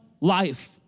life